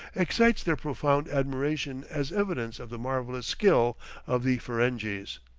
excites their profound admiration as evidence of the marvellous skill of the ferenghis.